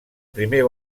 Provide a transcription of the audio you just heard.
primer